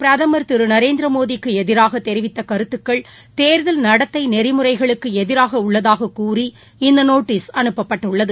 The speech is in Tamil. பிரதமர் திருநரேந்திரமோடிக்குஎதிராகதெரிவித்தகருத்துக்கள் தேர்தல் நடத்தைநெறிமுறைகளுக்குஎதிராகஉள்ளதாகக் கூறி இந்தநோட்டீஸ் அனுப்பப்பட்டுள்ளது